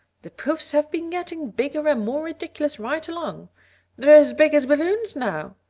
the puffs have been getting bigger and more ridiculous right along they're as big as balloons now.